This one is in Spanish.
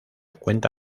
cuenta